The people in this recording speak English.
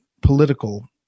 political